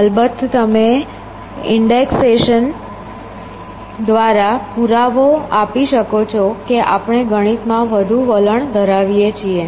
અલબત્ત તમે ઇન્ડેક્સેશન દ્વારા પુરાવો આપી શકો છો કે આપણે ગણિતમાં વધુ વલણ ધરાવીએ છીએ